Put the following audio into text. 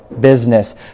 business